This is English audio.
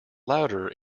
louder